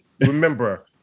Remember